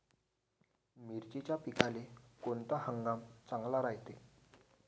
मिर्चीच्या पिकाले कोनता हंगाम चांगला रायते?